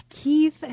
Keith